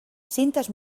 cintes